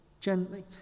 gently